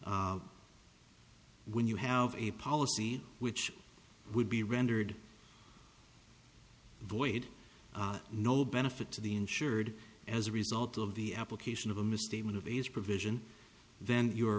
when you have a policy which would be rendered void no benefit to the insured as a result of the application of a misstatement of a's provision then you